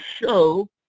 Show